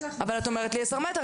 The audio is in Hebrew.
אבל את אומרת עשר מטר,